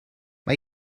mae